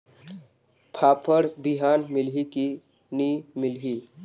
फाफण बिहान मिलही की नी मिलही?